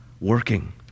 working